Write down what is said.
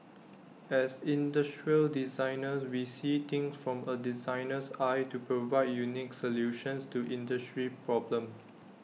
as industrial designers we see things from A designer's eye to provide unique solutions to industry problems